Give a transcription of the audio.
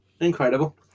Incredible